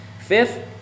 Fifth